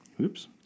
Oops